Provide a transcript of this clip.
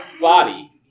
body